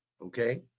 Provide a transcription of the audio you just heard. okay